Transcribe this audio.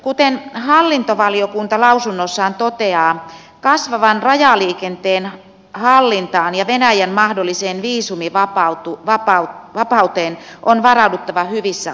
kuten hallintovaliokunta lausunnossaan toteaa kasvavan rajaliikenteen hallintaan ja venäjän mahdolliseen viisumivapauteen on varauduttava hyvissä ajoin